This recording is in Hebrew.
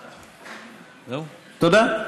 תודה.